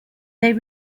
they